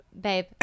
babe